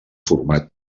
format